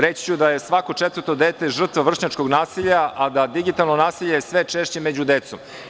Reči ću da je svako četvrto dete žrtva vršnjačkog nasilja, a da digitalno nasilje sve češće među decom.